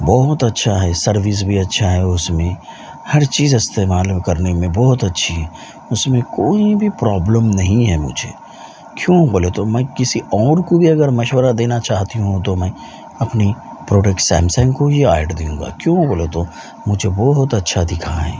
بہت اچھا ہے سروس بھی اچھا ہے اس میں ہر چیز استعمال کرنے میں بہت اچھی ہے اس میں کوئی بھی پرابلم نہیں ہے مجھے کیوں بولے تو میں کسی اور کو بھی اگر مشورہ دینا چاہتی ہو ں تو میں اپنی پروڈکٹ سیمسنگ کو ہی ایڈ دوں گا کیوں بولے مجھے بہت اچھا دکھا ہے